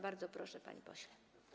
Bardzo proszę, panie pośle.